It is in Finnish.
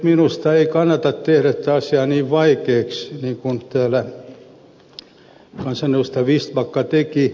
minusta ei kannata tehdä tätä asiaa niin vaikeaksi kuin täällä kansanedustaja vistbacka teki